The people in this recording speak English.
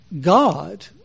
God